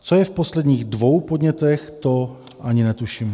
Co je v poslední dvou podnětech, to ani netuším.